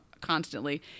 constantly